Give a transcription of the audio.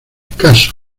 caso